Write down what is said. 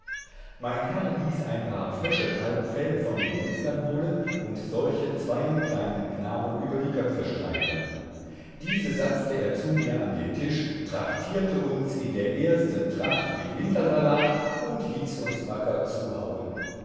mein herr ließ ein paar frische kalbfell von den metzgern holen und solche zweien kleinen knaben über die köpfe straifen diese satzte er zu mir an den tisch traktierte uns in der ersten tracht mit wintersalat und hieß uns wacker